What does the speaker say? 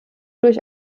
durch